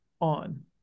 on